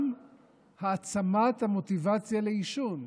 גם העצמת המוטיבציה לעישון,